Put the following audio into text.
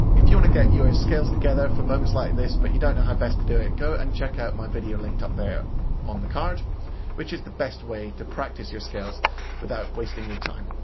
if you want to get your scales together for moments like this but you don't know how best to do it go and check out my video linked up there on the card which is the best way to practice your scales without wasting your time.